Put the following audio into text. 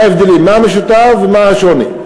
מה ההבדלים, מה המשותף ומה השוני?